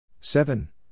Seven